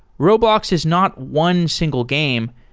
roblox is not one single game.